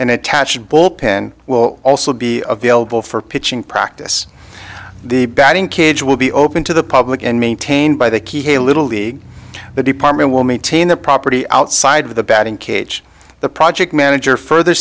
and attached bullpen will also be available for pitching practice the batting cage will be open to the public and maintained by the key hey little league the department will maintain the property outside of the batting cage the project manager further